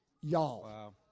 Y'all